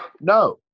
no